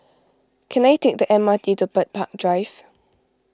can I take the M R T to Bird Park Drive